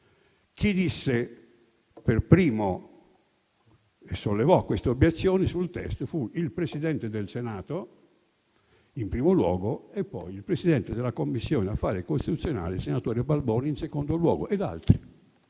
chi per primo disse e sollevò queste obiezioni sul testo fu il Presidente del Senato, in primo luogo, e il presidente della Commissione affari costituzionali, senatore Balboni, in secondo luogo, poi altri.